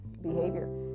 behavior